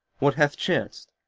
what hath chanced?